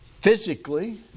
physically